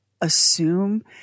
assume